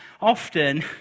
often